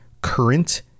Current